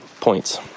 points